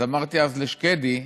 אז אמרתי אז לשקדי: